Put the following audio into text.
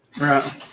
right